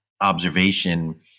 observation